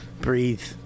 Breathe